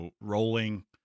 rolling